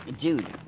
Dude